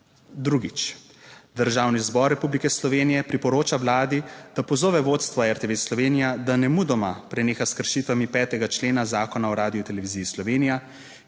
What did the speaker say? Državni zbor Republike Slovenije priporoča Vladi, da pozove vodstvo RTV Slovenija, da nemudoma preneha s kršitvami 5. člena Zakona o Radioteleviziji Slovenija,